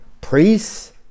priests